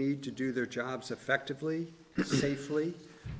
need to do their jobs effectively safely